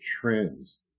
trends